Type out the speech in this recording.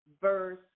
verse